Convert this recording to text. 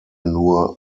nur